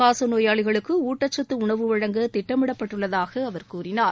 காச நோயாளிகளுக்கு ஊட்டச்சத்து உணவு வழங்க திட்டமிடப்பட்டுள்ளதாக அவர் கூறினார்